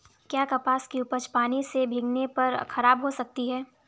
क्या कपास की उपज पानी से भीगने पर खराब हो सकती है?